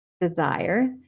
desire